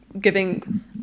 giving